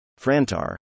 Frantar